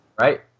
Right